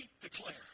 declare